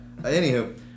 Anywho